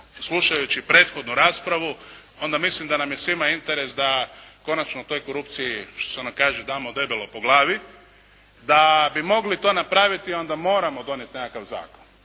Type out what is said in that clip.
slušajući prethodnu raspravu onda mislim da nam je svima interes da konačno toj korupciji što se ono kaže damo debelo po glavi, da bi mogli to napraviti onda moramo donijeti nekakav zakon.